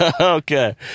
Okay